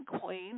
Queen